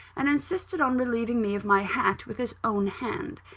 and insisted on relieving me of my hat with his own hand.